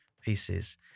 pieces